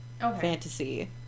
fantasy